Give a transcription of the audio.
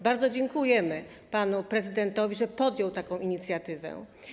Bardzo dziękujemy panu prezydentowi za to, że podjął taką inicjatywę.